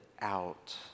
out